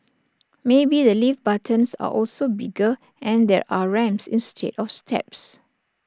maybe the lift buttons are also bigger and there are ramps instead of steps